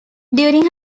during